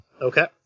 Okay